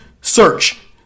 search